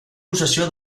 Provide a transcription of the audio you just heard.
possessió